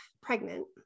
pregnant